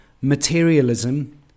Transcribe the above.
materialism